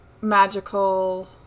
magical